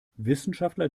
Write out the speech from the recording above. wissenschaftler